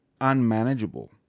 unmanageable